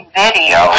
video